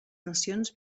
nacions